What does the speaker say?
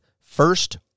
First